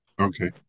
Okay